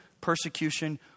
persecution